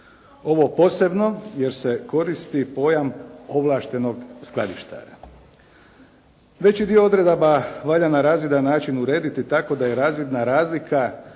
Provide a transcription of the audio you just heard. Ovo posebno jer se koristi pojam ovlaštenog skladištara. Veći dio odredaba valja na razvidan način urediti tako da je razvidna razlika